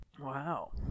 wow